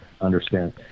understand